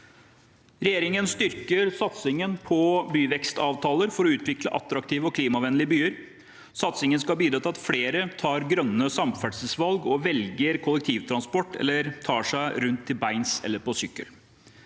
Regjeringen styrker satsingen på byvekstavtaler for å utvikle attraktive og klimavennlige byer. Satsingen skal bidra til at flere tar grønne samferdselsvalg og velger kollektivtransport eller tar seg rundt til beins eller på sykkel.